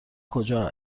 کجا